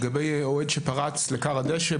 לגבי אוהד שפרץ לכר הדשא,